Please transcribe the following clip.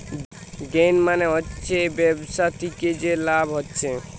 gain মানে হচ্ছে ব্যবসা থিকে যে লাভ হচ্ছে